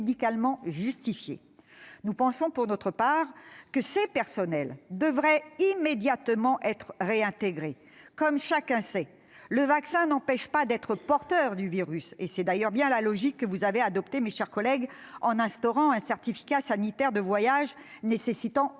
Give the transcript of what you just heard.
médicalement justifiée. Pour notre part, nous pensons que ces personnels devraient immédiatement être réintégrés : comme chacun le sait, le vaccin n'empêche pas d'être porteur du virus, et c'est d'ailleurs bien la logique que vous avez adoptée, mes chers collègues, en instaurant un certificat sanitaire de voyage nécessitant